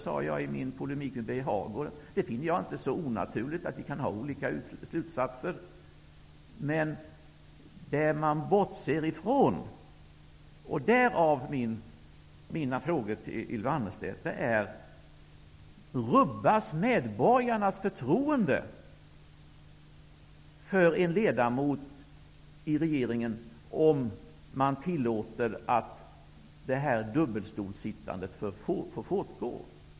Jag sade i min polemik med Birger Hagård att jag inte finner det så onaturligt att vi kan dra olika slutsatser. Men det som man bortser från, och därav mina frågor till Ylva Annerstedt, är följande fråga: Rubbas medborgarnas förtroende för en ledamot i regeringen, om man tillåter att det här dubbelstolsittandet får fortgå?